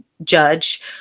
Judge